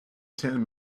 ten